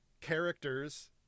characters